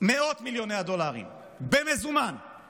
מאות מיליוני הדולרים במזומן, מיליארדים.